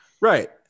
Right